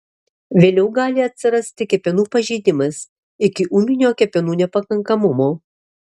vėliau gali atsirasti kepenų pažeidimas iki ūminio kepenų nepakankamumo